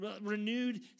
renewed